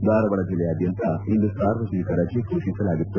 ಧಾರವಾಡ ಜಿಲ್ಲೆಯಾದ್ಯಂತ ಇಂದು ಸಾರ್ವವಜನಿಕ ರಜೆ ಘೋಷಿಸಲಾಗಿತ್ತು